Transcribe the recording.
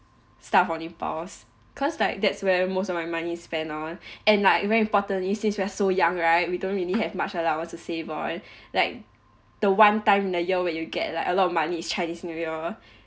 stuff on impulse cause like that's where most of my money's spent on and like very importantly since we're so young right we don't really have much allowance to save on like the one time in a year when you get like a lot of money is chinese new year lor